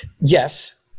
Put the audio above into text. yes